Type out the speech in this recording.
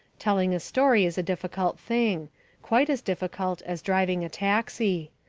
telling a story is a difficult thing quite as difficult as driving a taxi.